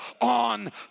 on